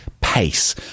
Pace